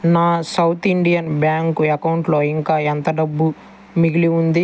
నా South Indian Bank అకౌంట్లో ఇంకా ఎంత డబ్బు మిగిలి ఉంది